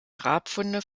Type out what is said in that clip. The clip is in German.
grabfunde